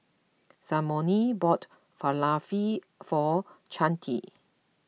Simone bought Falafel for Chante